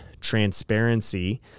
transparency